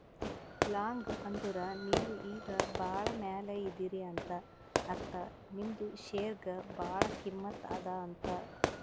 long ಅಂದುರ್ ನೀವು ಈಗ ಭಾಳ ಮ್ಯಾಲ ಇದೀರಿ ಅಂತ ಅರ್ಥ ನಿಮ್ದು ಶೇರ್ಗ ಭಾಳ ಕಿಮ್ಮತ್ ಅದಾ ಅಂತ್